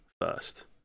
first